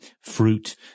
fruit